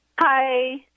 Hi